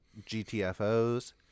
gtfos